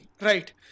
right